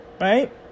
right